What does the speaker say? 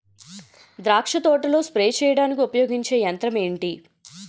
ద్రాక్ష తోటలో స్ప్రే చేయడానికి ఉపయోగించే యంత్రం ఎంటి?